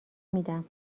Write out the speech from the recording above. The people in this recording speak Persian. میدم